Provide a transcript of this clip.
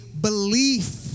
belief